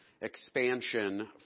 expansion